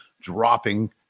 dropping